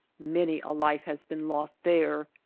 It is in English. many a life has been lost there.